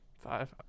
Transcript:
Five